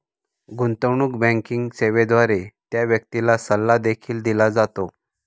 गुंतवणूक बँकिंग सेवेद्वारे त्या व्यक्तीला सल्ला देखील दिला जातो